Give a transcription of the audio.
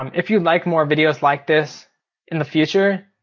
um if you'd like more videos like this in the future,